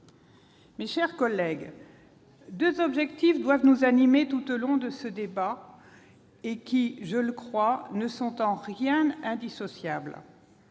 Mes chers collègues, deux objectifs doivent nous animer tout au long de ce débat et, je le crois, ils ne sont en rien incompatibles